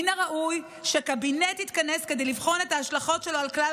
מן הראוי שהקבינט יתכנס כדי לבחון את ההשלכות שלו על כלל